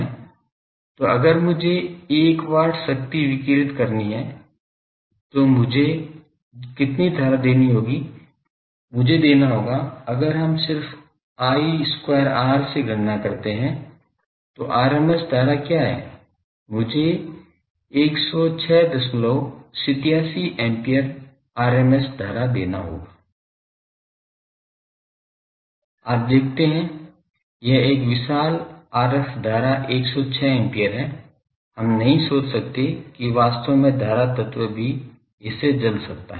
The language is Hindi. तो अगर मुझे 1 watt शक्ति विकिरित करनी है तो मुझे कितनी धारा देनी होगी मुझे देना होगा अगर हम सिर्फ I square r से गणना करते हैं तो rms धारा क्या है मुझे 10687 एम्पीयर rms धारा देना होगा आप देखते हैं यह एक विशाल RF धारा 106 एम्पीयर है हम नहीं सोच सकते कि वास्तव में धारा तत्व भी इससे जल सकता है